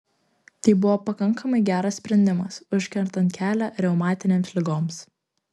tai buvo pakankamai geras sprendimas užkertant kelią reumatinėms ligoms